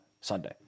Sunday